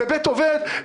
לבית עובד,